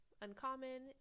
uncommon